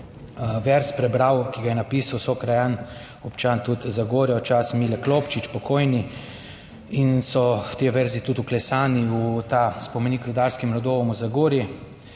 verz prebral, ki ga je napisal sokrajan, občan tudi Zagorja, v čast Mile Klopčič, pokojni, in so ti verzi tudi vklesani v ta spomenik rudarskim rodovom v Zagorju,